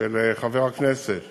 של חבר הכנסת